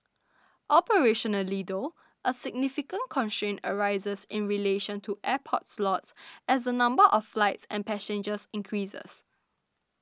operationally though a significant constraint arises in relation to airport slots as the number of flights and passengers increases